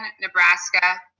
Nebraska